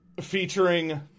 featuring